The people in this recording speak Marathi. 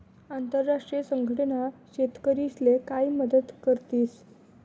आंतरराष्ट्रीय संघटना शेतकरीस्ले काय मदत करतीस?